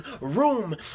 room